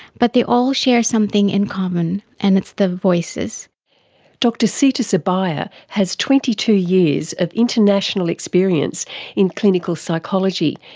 but they all share something in common and it's the voices dr seetha subbiah has twenty two years of international experience in clinical psychology,